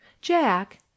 jack